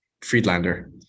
Friedlander